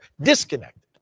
disconnected